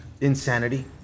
Insanity